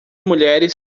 mulheres